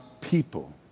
people